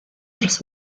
dros